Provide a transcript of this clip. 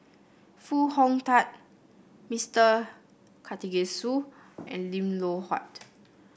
Foo Hong Tatt Mister Karthigesu and Lim Loh Huat